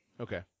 Okay